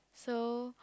so